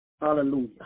hallelujah